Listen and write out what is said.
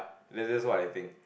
that's just what I think